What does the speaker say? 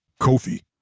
Kofi